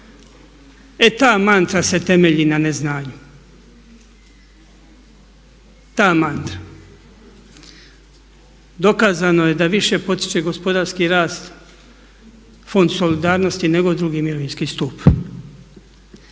E ta mantra se temelji na neznanju, ta mantra. Dokazano je da više potiče gospodarski rast fond solidarnosti nego drugi mirovinski stup